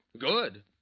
Good